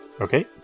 Okay